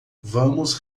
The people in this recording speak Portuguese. vamos